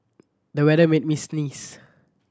the weather made me sneeze